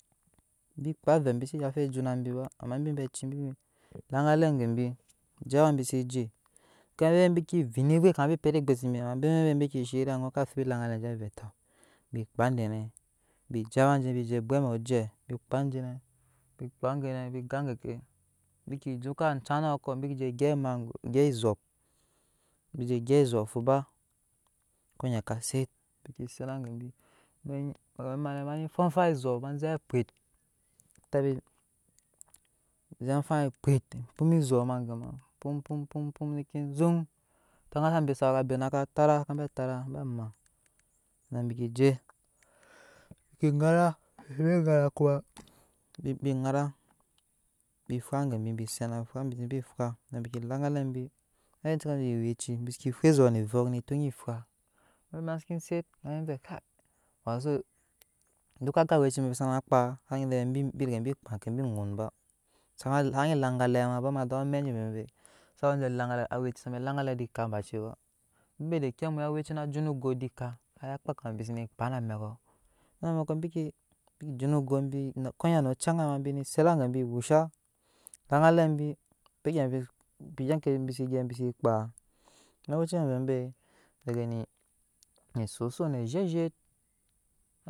Bi kpaa vɛɛ bi ze yapese juna biba amabi aweci bi laŋgale gebi je awabise je kanyinɛ bike veinivei kuma bi pet egbusebi ma ama bebe bi ke shiriya gɔkɔ bi fur laŋgalɛ bɛɛ vɛɛ tɔ bi kpaa denɛ bi je awajene bije ebwe amɛ ojɛ bi kpaa dene kpaa dene bi gan geke bike dukka ajan nɔkɔ bike je gyɛp mago gyɛp zɔp bi fuba ko nyiɛ ka set bike setna gebi amɛk nyine kama emane mane foo afan ezɔp ma je pwet bi tabe zɛɛ afan pwet ma fpam ezop ma gema pum pum pum nike zuŋ kuna abe sawe engabe naka tama zabɛ tara bɛɛ ma nabi keje bike ŋawa bije bike be dara kua bi ŋana bije bike be ŋara kuma bi nara bi fwa neke laŋgale bi na amɛk bi senewe aweci biseke fwe ezop ne vom ne tunyi fula amɛk ngi ma seke set mane vɛɛ kai wato zoo dukka agu wecibe sana kpaa bi regya bi kpaa ke bi ʒun neba sanyi laŋgale bama damu amɛk je muei vei sawe je laŋgale aeci ana laŋgale de kaa ma bashe ba mebe de kyau maya aweci na jin oyet de kaa zana kaa kuma bi sene kpaa na amɛks bei na mɛkɔ bike bi jin ogot b konyie no ocɛ anjaa bike set agebi washa laŋgale bi kpe egya bi se gyɛp ze kpaa ama aeci bebe degene bi zozo bi zhet ezhet.